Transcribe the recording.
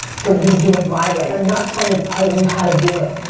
for you to do it my way. i'm not trying to tell you how to do it.